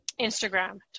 Instagram